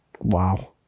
Wow